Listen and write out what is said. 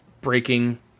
breaking